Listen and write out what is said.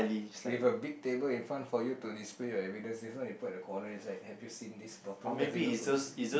with a big table in front for you to display your evidence this one you put at the corner it's like have you seen this bottle does it look familiar